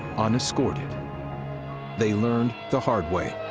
unescorted. they learned the hard way.